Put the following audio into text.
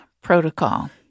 Protocol